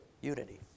unity